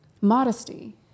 modesty